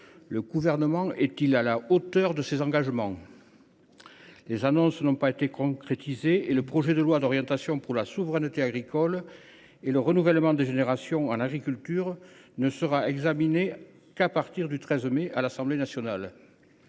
le Gouvernement est il à la hauteur de ses engagements ? Les annonces ne se sont pas concrétisées, et le projet de loi d’orientation pour la souveraineté agricole et le renouvellement des générations en agriculture ne sera examiné à l’Assemblée nationale